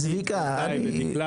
דקלה.